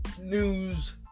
news